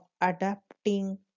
adapting